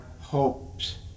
hopes